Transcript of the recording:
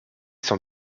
sans